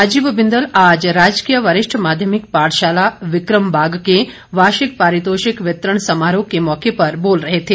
राजीव बिंदल आज राजकीय वरिष्ठ माध्यमिक पाठशाला विक्रम बाग के वार्षिक पारितोषिक वितरण समारोह के मौके पर बोल रहे थे